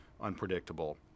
unpredictable